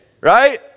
right